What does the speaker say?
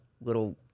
little